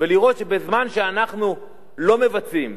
ולראות שבזמן שאנחנו לא מבצעים,